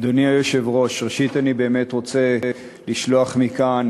אדוני היושב-ראש, ראשית אני באמת רוצה לשלוח מכאן